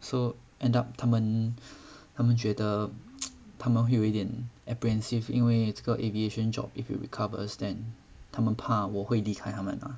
so end up 他们他们觉得他们会有一点 apprehensive 因为这个 aviation job if it recovers then 他们怕我会离开他们